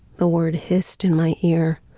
the word hissed in my ear.